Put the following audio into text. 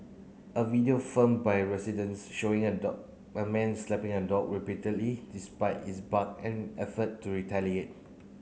a video film by a residents showing a dog a man slapping a dog repeatedly despite its bark and effort to retaliate